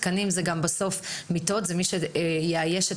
תקנים בסוף אלה גם בסוף מיטות ומי שיאייש את